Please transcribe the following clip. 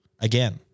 again